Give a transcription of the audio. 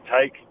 take